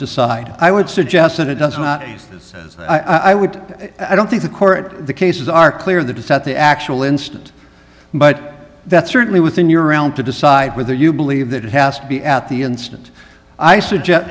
decide i would suggest that it does not as i would i don't think the court cases are clear that it's not the actual instant but that's certainly within your realm to decide whether you believe that it has to be at the instant i suggest